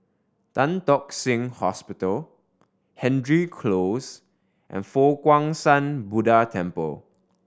Tan Tock Seng Hospital Hendry Close and Fo Guang Shan Buddha Temple